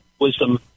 wisdom